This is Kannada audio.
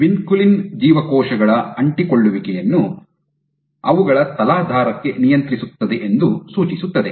ವಿನ್ಕುಲಿನ್ ಜೀವಕೋಶಗಳ ಅಂಟಿಕೊಳ್ಳುವಿಕೆಯನ್ನು ಅವುಗಳ ತಲಾಧಾರಕ್ಕೆ ನಿಯಂತ್ರಿಸುತ್ತದೆ ಎಂದು ಸೂಚಿಸುತ್ತದೆ